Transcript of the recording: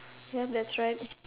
ya that's right